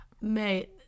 Mate